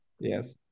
yes